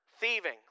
thieving